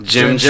Jim